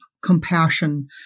compassion